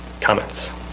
Comments